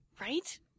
Right